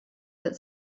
that